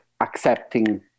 accepting